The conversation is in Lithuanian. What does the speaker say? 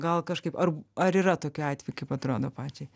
gal kažkaip ar ar yra tokiu atvejų kaip atrodo pačiai